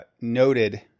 noted